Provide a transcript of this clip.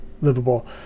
livable